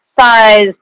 size